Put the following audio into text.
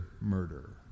murder